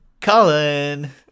Colin